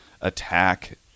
attack